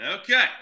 okay